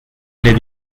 les